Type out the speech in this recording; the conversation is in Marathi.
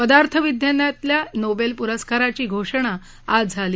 पदार्थ विज्ञानातल्या नोबेल पुरस्कारांची घोषणा आज झाली